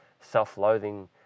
Self-loathing